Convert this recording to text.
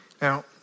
Now